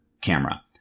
camera